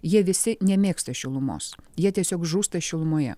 jie visi nemėgsta šilumos jie tiesiog žūsta šilumoje